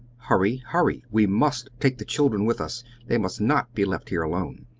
hurry! hurry! we must take the children with us they must not be left here alone.